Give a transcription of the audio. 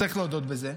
צריך להודות בזה.